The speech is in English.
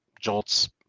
Jolt's